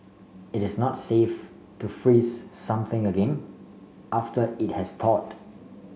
it is not safe to freezes something again after it has thawed